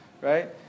right